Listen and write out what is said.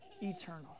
eternal